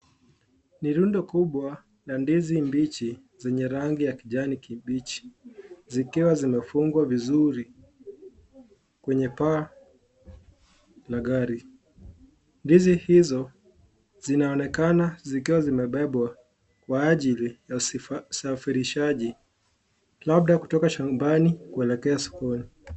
Ni rundo kubwa la ndizi mbichi zenye rangi ya kijani kibichi. Zikiwa zimefungwa vizuri kwenye paa la gari. Ndizi hizo zinaonekana zikiwa zimebebwa kwa ajili ya usafirishaji labda kutoka shambani kuelekea sokoni.